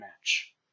match